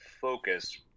focus